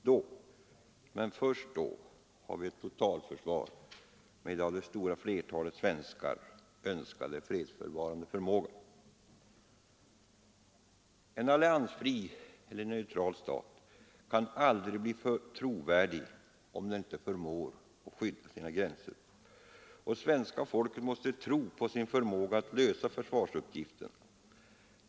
Då, men först då, har vi ett totalförsvar med den av det stora flertalet svenskar önskade fredsbevarande förmågan. En alliansfri neutral stat kan aldrig bli trovärdig om den inte förmår skydda sina gränser. Svenska folket måste tro på sin förmåga att lösa försvarsuppgifterna.